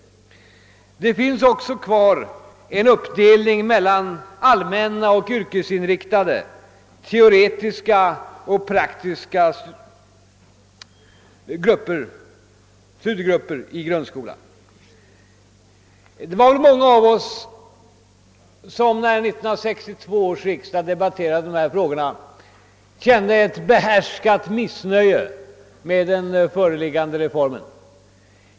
Det finns också kvar en uppdelning mellan allmänna och yrkesinriktade, teoretiska och praktiska studiegrupper i grundskolan. Det var många av oss som när 1962 års riksdag debatterade dessa frågor kände ett behärskat missnöje med den föreliggande reformen.